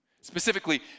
Specifically